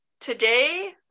today